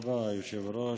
תודה רבה, היושב-ראש.